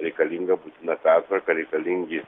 reikalinga būtina pertvarka reikalingi